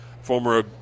former